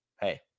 hey